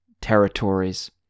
territories